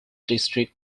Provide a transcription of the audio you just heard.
district